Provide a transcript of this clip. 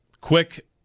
Quick